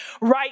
right